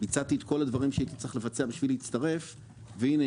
ביצעתי את כל הדברים שהייתי צריך לבצע בשביל להצטרף והנה,